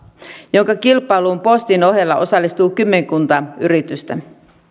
jonka kilpailuun postin ohella osallistuu kymmenkunta yritystä